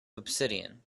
obsidian